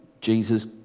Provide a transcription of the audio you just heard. Jesus